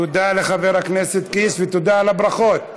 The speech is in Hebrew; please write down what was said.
תודה לחבר הכנסת קיש ותודה על הברכות.